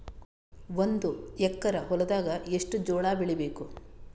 ಒಂದು ಎಕರ ಹೊಲದಾಗ ಎಷ್ಟು ಜೋಳಾಬೇಕು?